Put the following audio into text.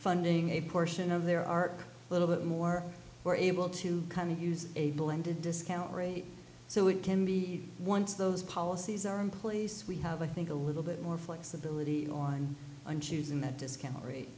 funding a portion of their arc a little bit more are able to kind of use a blended discount rate so it can be one of those policies are in place we have a i think a little bit more flexibility on i'm choosing that discount rate